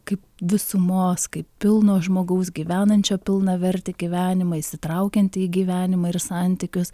kaip visumos kaip pilno žmogaus gyvenančio pilnavertį gyvenimą įsitraukiantį į gyvenimą ir santykius